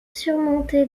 surmonté